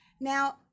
Now